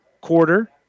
quarter